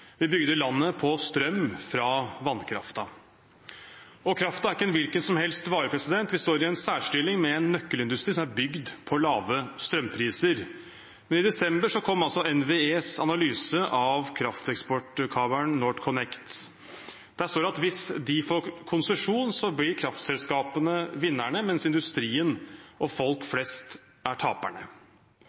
Vi bygde landet på strøm fra vannkraften. Kraften er ikke en hvilken som helst vare. Vi står i en særstilling med en nøkkelindustri som er bygd på lave strømpriser. Men i desember kom altså NVEs analyse av krafteksportkabelen NorthConnect. Der står det at hvis de får konsesjon, blir kraftselskapene vinnerne, mens industrien og folk flest er taperne.